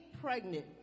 pregnant